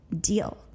deal